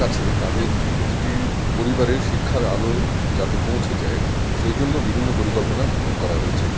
কাছে তাদের প্রতিটি পরিবারে শিক্ষার আলো যাতে পৌঁছে যায় সেই জন্য বিভিন্ন পরিকল্পনা গ্রহণ করা হয়েছে